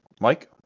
Mike